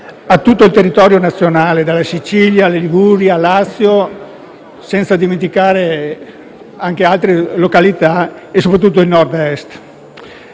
a tutto il territorio nazionale, dalla Sicilia, alla Liguria, al Lazio, senza dimenticare anche altre località, e soprattutto il Nord Est.